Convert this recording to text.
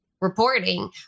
reporting